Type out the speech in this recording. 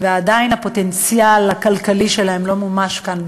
ועדיין הפוטנציאל הכלכלי שלהם לא מומש כאן,